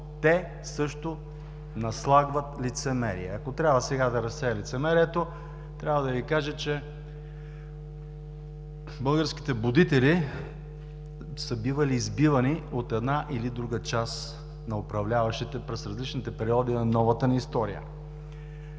те също наслагват лицемерие. Ако трябва сега да разсея лицемерието, трябва да Ви кажа, че българските будители са бивали избивани от една или друга част на управляващите през различните периоди на новата ни история.